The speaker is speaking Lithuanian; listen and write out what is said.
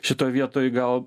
šitoj vietoj gal